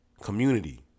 community